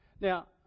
Now